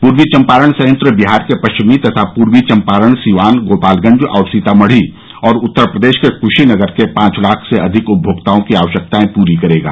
पूर्वी चंपारण संयंत्र बिहार के पश्चिमी तथा पूर्वी चंपारण सीवान गोपालगंज तथा सीतामढी और उत्तर प्रदेश के क्शीनगर के पांच लाख से अधिक उपभोक्ताओं की आवश्यकताएं पूरी करेगा